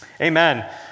Amen